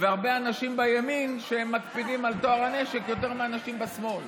והרבה אנשים בימין שמקפידים על טוהר הנשק יותר מאנשים בשמאל.